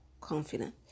confident